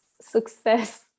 success